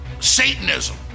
Satanism